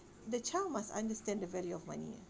the child must understand the value of money ah